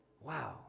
Wow